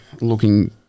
looking